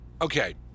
okay